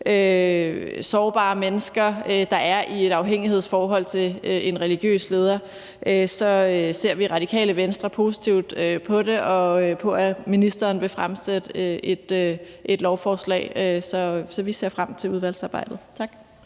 sårbare mennesker, der er i et afhængighedsforhold til en religiøs leder, ser vi i Radikale Venstre positivt på det og på, at ministeren vil fremsætte et lovforslag. Så vi ser frem til udvalgsarbejdet. Tak.